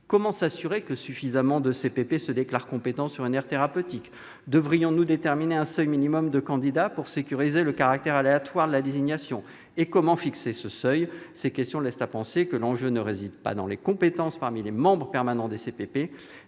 Comment s'assurer que suffisamment de CPP se déclarent compétents sur une aire thérapeutique ? Devrions-nous déterminer un seuil minimal de candidats pour sécuriser le caractère aléatoire de la désignation ? Et comment fixer ce seuil ? Ces questions laissent à penser que l'enjeu ne réside pas dans les compétences parmi les membres permanents des CPP,